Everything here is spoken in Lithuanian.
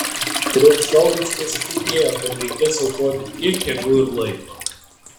prieš šou jis nesitikėjo kad reikės aukoti tiek jėgų ir laiko